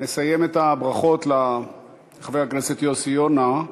שניתנה לי לברך את פרופסור יוסי יונה,